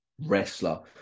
wrestler